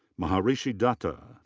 maharshi dutta.